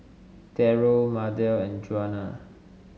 Darrell Mardell and Juana